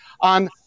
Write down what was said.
on